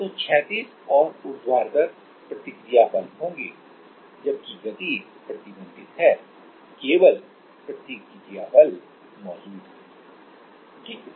तो क्षैतिज और ऊर्ध्वाधर प्रतिक्रिया बल होंगे जबकि गति प्रतिबंधित है केवल प्रतिक्रिया बल मौजूद है ठीक है